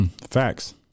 Facts